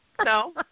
No